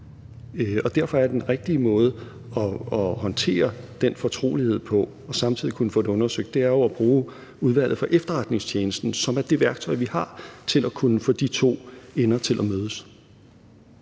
og derfor er den rigtige måde at håndtere den fortrolighed på og samtidig kunne få det undersøgt at bruge Udvalget vedrørende Efterretningstjenesterne, som er det værktøj, vi har til at kunne få de to ender til at mødes.